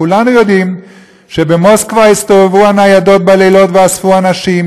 כולנו יודעים שבמוסקבה הסתובבו ניידות בלילות ואספו אנשים,